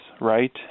right